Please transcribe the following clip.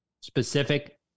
specific